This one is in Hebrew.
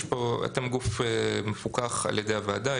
אתם גוף מפוקח על ידי הוועדה,